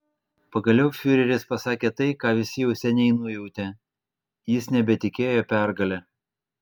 pagaliau fiureris pasakė tai ką visi jau seniai nujautė jis nebetikėjo pergale